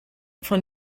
von